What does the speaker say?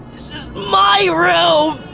this is my room!